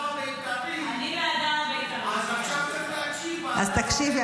אז עכשיו צריך להקשיב --- אז תקשיבי,